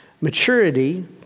maturity